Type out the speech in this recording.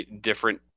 different